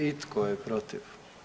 I tko je protiv?